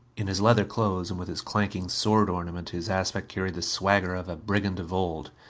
in his leather clothes, and with his clanking sword ornament, his aspect carried the swagger of a brigand of old.